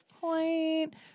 point